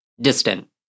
Distant